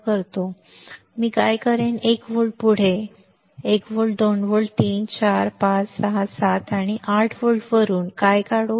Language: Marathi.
हे मी आता केले होते मी काय करेन मी एक व्होल्ट पुढे 1 volt 2 volt 3 volt 4 volt 5 volt 6 volt 7 volt आणि 8 व्होल्ट वरून व्होल्ट काय काढू